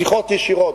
שיחות ישירות,